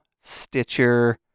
Stitcher